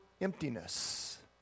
emptiness